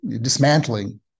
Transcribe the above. dismantling